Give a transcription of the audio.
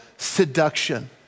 Seduction